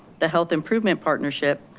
the health improvement partnership,